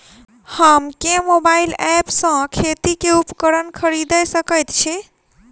हम केँ mobile app सँ खेती केँ उपकरण खरीदै सकैत छी?